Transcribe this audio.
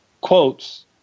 quotes